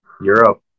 Europe